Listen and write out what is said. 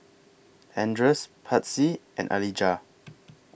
Andres Patsy and Alijah